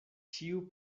ĉiu